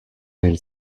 elle